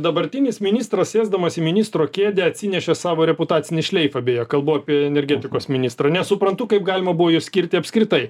dabartinis ministras sėsdamas į ministro kėdę atsinešė savo reputacinį šleifą beje kalbu apie energetikos ministrą nesuprantu kaip galima buvo jį skirti apskritai